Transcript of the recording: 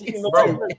bro